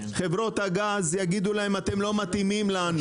חברות הגז יגידו להם, אתם לא מתאימים לנו.